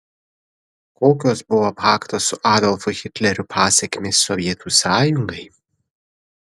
kokios buvo pakto su adolfu hitleriu pasekmės sovietų sąjungai